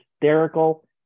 hysterical